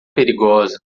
perigosa